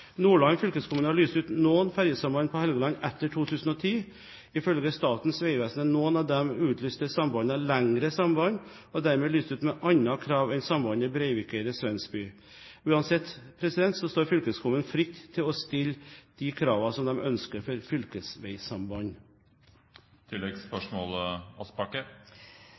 Nordland fylkeskommune har lyst ut noen fergesamband på Helgeland etter 2010. Ifølge Statens vegvesen er noen av de utlyste sambandene lengre samband, og dermed lyst ut med andre krav enn sambandet Breivikeidet–Svensby. Uansett står fylkeskommunen fritt til å stille de kravene som de ønsker for